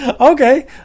Okay